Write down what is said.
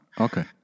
Okay